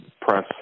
press